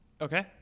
Okay